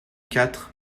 quatre